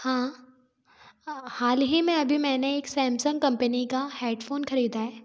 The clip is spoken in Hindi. हाँ हाल ही में अभी मैंने एक सैमसंग कम्पनी का हेडफ़ोन ख़रीदा